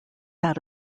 had